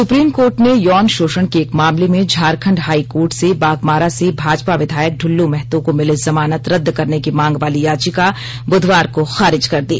supreme court ने यौन शोषण के एक मामले में झारखंड हाई कोर्ट से बाघमारा से भाजपा विधायक दलू महर्तो को मिली जमानत रद्द करने की मांग वाली याचिका बुधवार को खारिज कर दी